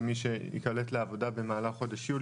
למי שייקלט לעבודה במהלך חודש יולי,